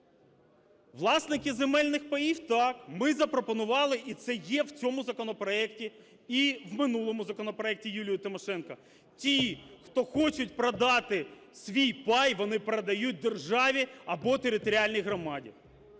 Власники земельних паїв. Так, ми запропонували, і це є в цьому законопроекті, і в минулому законопроекті Юлії Тимошенко. Ті, хто хочуть продати свій пай, вони продають державі або територіальній громаді.